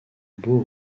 beau